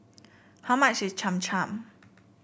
how much is Cham Cham